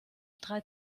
drei